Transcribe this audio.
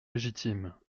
légitimes